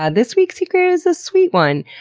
ah this week's secret is a sweet one.